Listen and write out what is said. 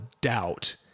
doubt